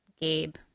Gabe